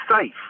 safe